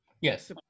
Yes